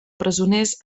presoners